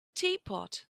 teapot